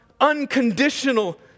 unconditional